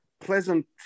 pleasant